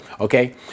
Okay